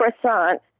croissant